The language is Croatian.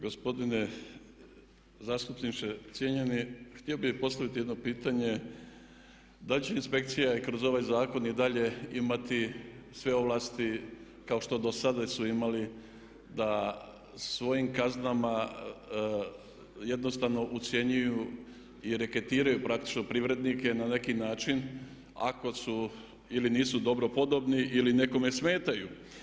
Gospodine zastupniče cijenjeni htio bi postaviti jedno pitanje da li će inspekcija i kroz ovaj zakon i dalje imati sve ovlasti kao što dosada su imali da svojim kaznama jednostavno ucjenjuju i reketiraju praktično privrednike na neki način ako su ili nisu dobro podobni ili nekome smetaju?